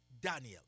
Daniel